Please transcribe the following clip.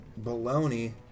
baloney